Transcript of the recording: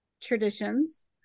traditions